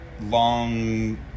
long